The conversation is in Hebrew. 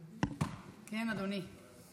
כן, אדוני.